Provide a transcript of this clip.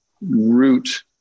root